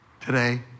Today